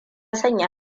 sanya